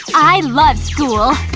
i love school